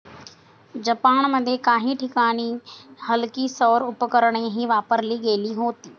जपानमध्ये काही ठिकाणी हलकी सौर उपकरणेही वापरली गेली होती